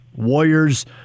Warriors